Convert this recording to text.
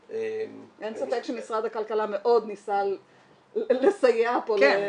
-- אין ספק שמשרד הכלכלה ניסה מאוד לסייע פה -- כן,